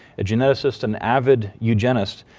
a geneticist and avid eugenist,